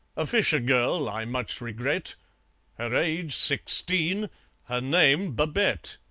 a fisher gurl, i much regret her age, sixteen her name, babette.